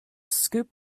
scoop